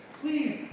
please